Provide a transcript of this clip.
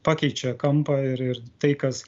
pakeičia kampą ir ir tai kas